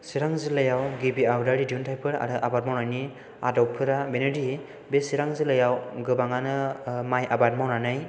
चिरां जिल्लायाव गिबि आबादारि दिहुनथायफोर आरो आबाद मावनायनि आदबफोरा बेनोदि बे चिरां जिल्लायाव गोबाङानो माइ आबाद मावनानै